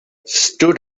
stood